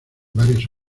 varias